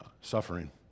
suffering